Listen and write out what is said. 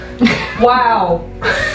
Wow